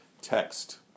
text